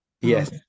Yes